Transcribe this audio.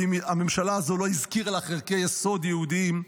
ואם הממשלה הזאת לא הזכירה לך ערכי יסוד יהודיים,